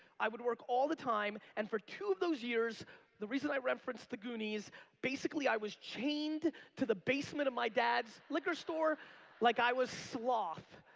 i would work all the time and for two of those years the reason i referenced the goonies basically i was chained to the basement of my dad's liquor store like i was sloth.